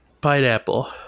pineapple